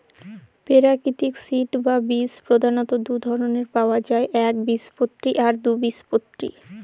পেরাকিতিক সিড বা বীজ পধালত দু ধরলের পাউয়া যায় একবীজপত্রী আর দু